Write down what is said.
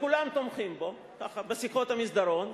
וכולם תומכים בשיחות המסדרון,